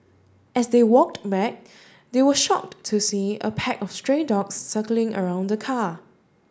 as they walked back they were shocked to see a pack of stray dogs circling around the car